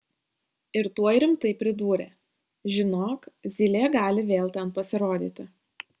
ir tuoj rimtai pridūrė žinok zylė gali vėl ten pasirodyti